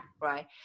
Right